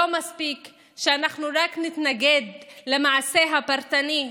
לא מספיק שאנחנו רק נתנגד למעשה הפרטני,